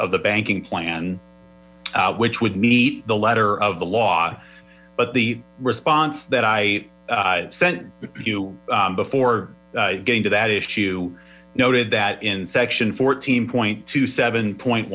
of the banking plan which would meet the letter of the law but the response that i sent you before getting to that issue noted that in section fourteen point to seven point